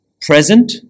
present